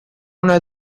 una